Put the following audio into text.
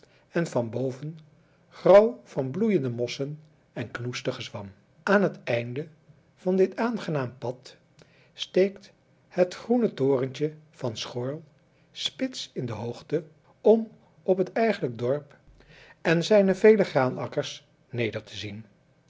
en van boven grauw van bloeiende mossen en knoestige zwam aan het einde van dit aangenaam pad steekt het groene torentje van schoorl spits in de hoogte om op het eigenlijk dorp en zijne vele graanakkers neder te zien